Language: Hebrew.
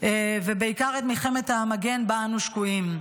ובעיקר את מלחמת המגן בה אנו שקועים.